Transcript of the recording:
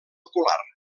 ocular